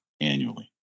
annually